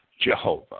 Jehovah